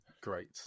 great